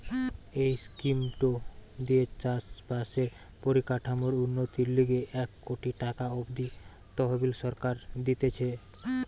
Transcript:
এই স্কিমটো দিয়ে চাষ বাসের পরিকাঠামোর উন্নতির লিগে এক কোটি টাকা অব্দি তহবিল সরকার দিতেছে